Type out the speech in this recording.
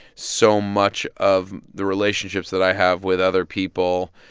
so much of the relationships that i have with other people,